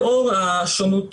לאור השונות,